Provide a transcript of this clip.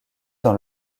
dans